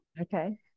okay